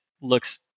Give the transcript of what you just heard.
looks